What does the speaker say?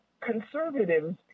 Conservatives